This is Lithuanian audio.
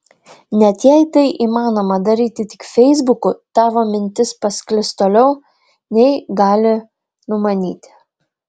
net jei tai įmanoma daryti tik feisbuku tavo mintis pasklis toliau nei gali numanyti